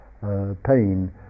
pain